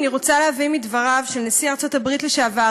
אני רוצה להביא מדבריו של נשיא ארצות-הברית לשעבר